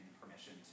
permission